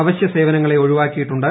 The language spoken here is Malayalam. അവശ്യ സേവനങ്ങളെ ഒഴിവാക്കിയിട്ടുണ്ട്